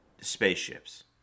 spaceships